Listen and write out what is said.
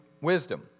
wisdom